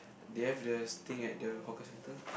they have the things at the hawker centre